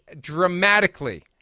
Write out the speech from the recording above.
dramatically